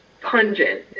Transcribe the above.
pungent